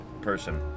person